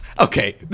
Okay